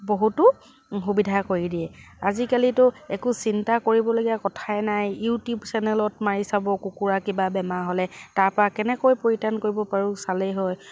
বহুতো সুবিধা কৰি দিয়ে আজিকালিতো একো চিন্তা কৰিবলগীয়া কথাই নাই ইউটিউব চেনেলত মাৰি চাব কুকুৰা কিবা বেমাৰ হ'লে তাৰপা কেনেকৈ পৰিত্ৰাণ কৰিব পাৰো চালেই হয়